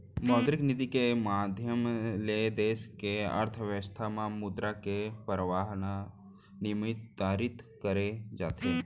मौद्रिक नीति के माधियम ले देस के अर्थबेवस्था म मुद्रा के परवाह ल नियंतरित करे जाथे